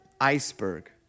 iceberg